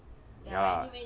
ya